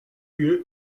lieu